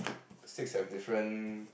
steaks have different